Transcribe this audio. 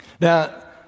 Now